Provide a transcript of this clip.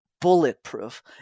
bulletproof